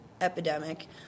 epidemic